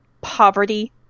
poverty